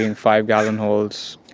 and five-gallon holes,